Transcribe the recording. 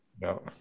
No